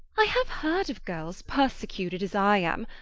i have heard of girls persecuted as i am,